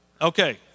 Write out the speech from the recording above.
Okay